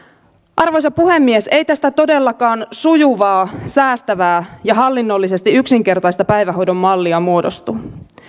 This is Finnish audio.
arvoisa puhemies ei tästä todellakaan sujuvaa säästävää ja hallinnollisesti yksinkertaista päivähoidon mallia muodostu